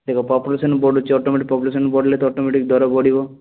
ଦେଖ ପପୁଲେସନ୍ ବଢ଼ୁଛି automatic population ବଢ଼ିଲେ ତ ଅଟମେଟିକ୍ ଦର ବଢ଼ିବ